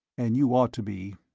and you ought to be.